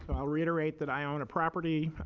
but i will reiterate that i own a property,